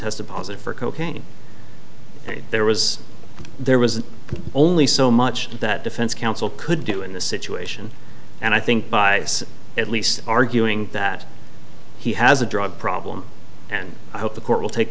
tested positive for cocaine there was there was only so much that defense counsel could do in the situation and i think by at least arguing that he has a drug problem and i hope the court will take